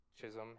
Chisholm